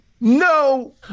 No